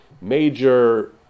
major